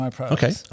Okay